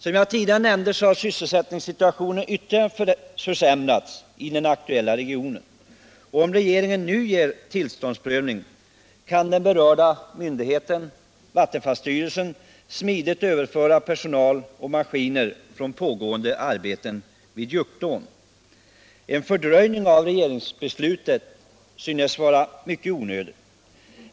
Som jag tidigare nämnde har sysselsättningsläget ytterligare försämrats i den aktuella regionen, och om regeringen nu ger tillstånd kan den berörda myndigheten vattenfallsstyrelsen smidigt överföra personal och maskiner från pågående arbeten vid Juktån. En fördröjning av regeringsbeslutet synes vara mycket onödig.